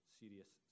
serious